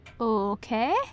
Okay